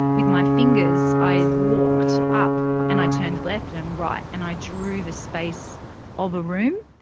with my fingers, i walked up and i turned left and right and i drew the space of a room.